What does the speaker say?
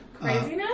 craziness